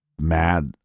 mad